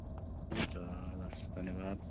हुन्छ लस् धन्यवाद